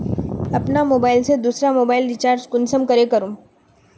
अपना मोबाईल से दुसरा मोबाईल रिचार्ज कुंसम करे करूम?